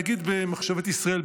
נגיד במחשבת ישראל,